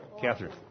Catherine